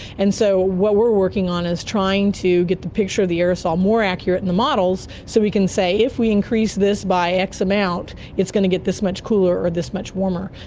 and so what we're working on is trying to get the picture of the aerosol more accurate in the models so we can say if we increase this by x amount it's going to get this much cooler or this much warmer.